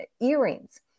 earrings